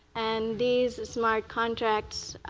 and these smart contracts